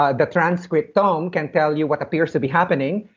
ah the transcriptome can tell you what appears to be happening,